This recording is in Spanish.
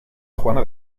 juana